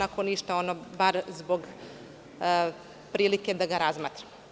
Ako ništa, onda bar zbog prilike da ga razmatramo.